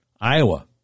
Iowa